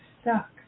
stuck